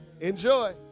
Enjoy